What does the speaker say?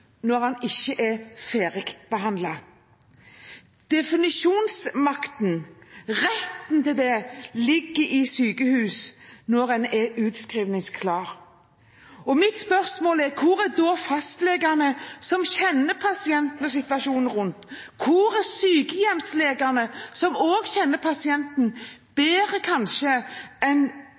når han ikke er ferdigbehandlet. Definisjonsmakten – retten til det – ligger hos sykehuset når man er utskrivningsklar. Mitt spørsmål er: Hvor er da fastlegene, som kjenner pasienten og situasjonen rundt? Hvor er sykehjemslegene som også kjenner pasienten, kanskje bedre enn